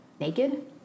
naked